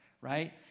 right